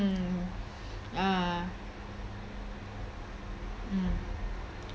mm uh mm